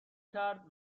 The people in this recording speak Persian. کرد